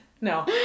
No